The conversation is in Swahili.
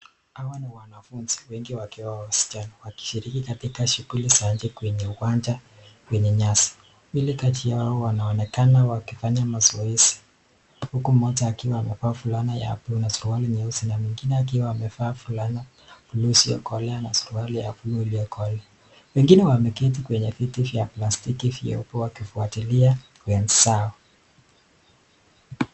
Hawa ni wanafunzi wengi wakiwa wasichana, wakishiriki katika shughuli za inje kwenye uwanja kwenye nyasi. Wili kati yao wanaonekana wakifanya mazoezi, huku mmoja akiwa amevaa fulana ya (blue) na suruali nyeusi na mwingine akiwa amevaa fulana ya (blue) isoyokolea na suruali ya (blue) iliyokolea. Wengine wameketi kwenye viti vya plastiki vyeupe wakifuatilia wenzao.